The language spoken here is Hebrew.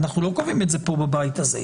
ואנחנו לא קובעים את זה פה בבית הזה,